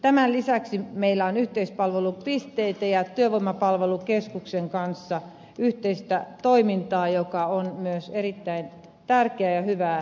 tämän lisäksi meillä on yhteispalvelupisteitä ja työvoimapalvelukeskuksen kanssa yhteistä toimintaa joka on myös erittäin tärkeää ja hyvää toimintaa